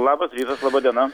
labas rytas laba diena